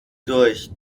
durch